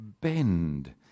bend